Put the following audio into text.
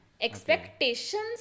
Expectations